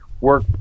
work